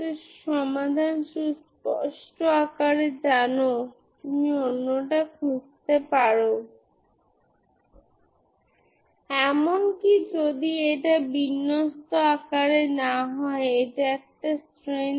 যে integration dot product 0 কারণ n ≠ m শুধুমাত্র n m অর্থাৎ 2mπb a x এটিই আপনি পান